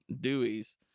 Dewey's